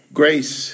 grace